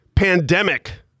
pandemic